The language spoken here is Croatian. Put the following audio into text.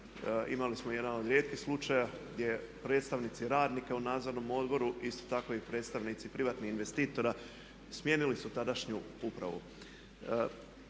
imali smo jedan od rijetkih slučaja gdje predstavnici radnika u nadzornom odboru, isto tako i predstavnici privatnih investitora, smijenili su tadašnju upravu.